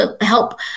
help